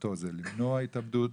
שמטרתו זה למנוע התאבדות,